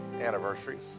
anniversaries